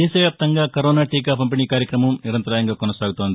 దేశవ్యాప్తంగా కరోనా టీకా పంపిణీ కార్యక్రమం నిరంతరాయంగా కొనసాగుతోంది